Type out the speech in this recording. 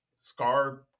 Scar